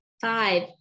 Five